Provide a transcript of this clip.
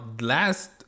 last